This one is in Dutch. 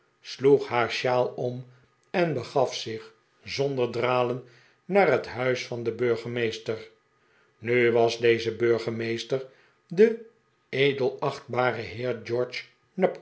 sloeg haar shawl om en begaf zich zonder dralen naar het huis van den burgemeester nu was deze burgemeester de edelachtbare heer